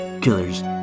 killers